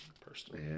personally